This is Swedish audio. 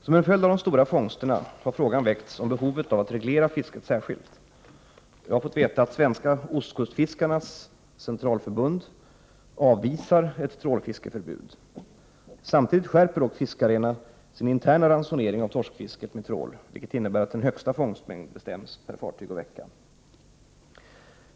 Som en följd av de stora fångsterna har frågan väckts om behovet av att reglera fisket särskilt. Jag har fått veta att Svenska Ostkustfiskarnas Centralförbund avvisar ett trålfiskeförbud. Samtidigt skärper dock fiskarna sin interna ransonering av torskfisket med trål, vilket innebär att en högsta fångstmängd bestäms per fartyg och vecka.